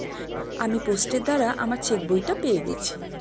আমি পোস্টের দ্বারা আমার চেকবইটা পেয়ে গেছি